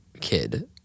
kid